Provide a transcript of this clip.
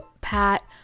Pat